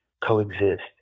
coexist